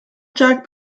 jack